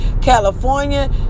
California